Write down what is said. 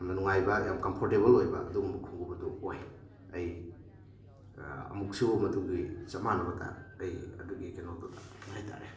ꯌꯥꯝꯅ ꯅꯨꯡꯉꯥꯏꯕ ꯌꯥꯝ ꯀꯝꯐꯣꯔꯇꯦꯕꯜ ꯑꯣꯏꯕ ꯑꯗꯨꯒꯨꯝꯕ ꯈꯣꯡꯎꯞ ꯑꯗꯨ ꯑꯣꯏ ꯑꯩ ꯑꯃꯨꯛꯁꯨ ꯃꯗꯨꯒꯤ ꯆꯞ ꯃꯥꯟꯅꯕꯗ ꯑꯩ ꯑꯗꯨꯒꯤ ꯀꯩꯅꯣꯗꯨꯗ ꯍꯥꯏꯇꯥꯔꯦ